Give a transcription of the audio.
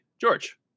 George